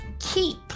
keep